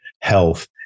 health